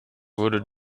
wurde